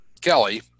Kelly